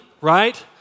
right